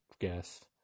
guess